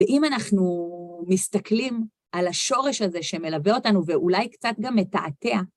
ואם אנחנו מסתכלים על השורש הזה שמלווה אותנו ואולי קצת גם מתעתע